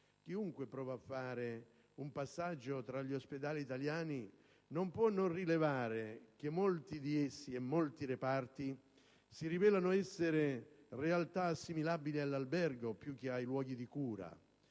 Chiunque provi a passare tra gli ospedali italiani non può non rilevare che molti di essi, molti reparti, si rivelano essere realtà assimilabili ad un albergo più che a luoghi di cura.